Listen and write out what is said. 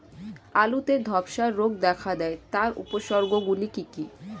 আলুতে ধ্বসা রোগ দেখা দেয় তার উপসর্গগুলি কি কি?